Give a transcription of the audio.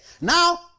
Now